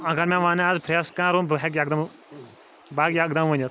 اَگر مےٚ وَنہِ آز فرٛیٚس کَر رُوُن بہٕ ہیٚکہٕ یَکدَم بہٕ ہیٚکہٕ یَکدَم ؤنِتھ